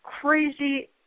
crazy